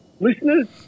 listeners